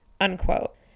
Unquote